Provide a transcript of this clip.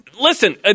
Listen